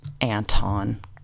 Anton